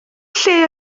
lle